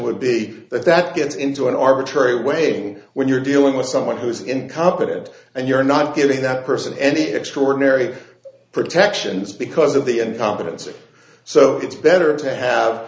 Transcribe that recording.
would be that that gets into an arbitrary waiting when you're dealing with someone who's incompetent and you're not getting that person any extraordinary protections because of the end competency so it's better to have